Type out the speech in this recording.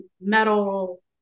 metal